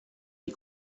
die